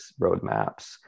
roadmaps